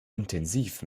intensiv